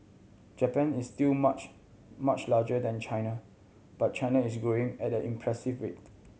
Japan is still much much larger than China but China is growing at an impressive rate